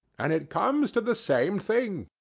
and it comes to the same thing.